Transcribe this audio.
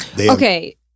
okay